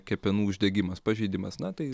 kepenų uždegimas pažeidimas na tai